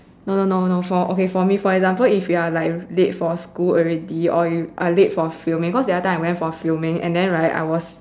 no no no no for okay for me for example if you're like late for school already or you are late for filming cause the other time I went for filming and then right I was